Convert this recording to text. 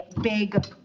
big